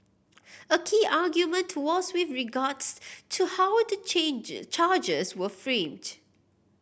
a key argument was with regards to how the changes charges were framed